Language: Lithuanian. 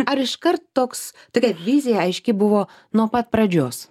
ar iškart toks tokia vizija aiški buvo nuo pat pradžios